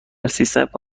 سیستم